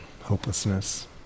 hopelessness